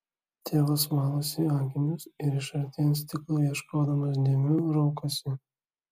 tėvas valosi akinius ir iš arti ant stiklų ieškodamas dėmių raukosi